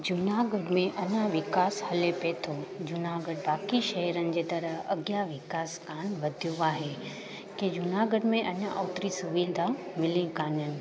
जूनागढ़ में अना विकास हले पिए थो जूनागढ़ बाक़ी शहरनि जे तरह अॻियां विकास कान वधियो आहे कि जूनागढ़ में अञा ओतिरी सुविधा मिलियूं कान आहिनि